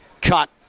cut